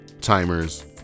Timers